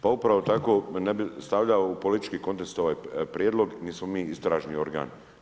Pa upravo tko me ne bi stavljao u politički kontekst ovaj prijedlog nit smo mi istražni organ.